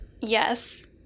Yes